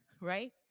right